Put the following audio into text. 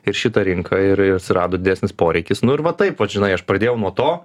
ir šitą rinką ir ir atsirado didesnis poreikis nu ir va taip vat žinai aš pradėjau nuo to